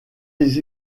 les